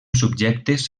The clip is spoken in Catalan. subjectes